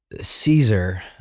Caesar